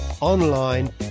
online